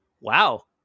wow